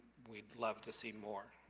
we'd love to see more.